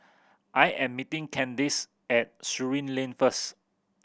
I am meeting Candace at Surin Lane first